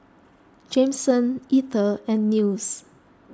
Jameson Etter and Nils